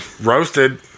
Roasted